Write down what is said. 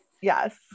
yes